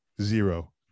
zero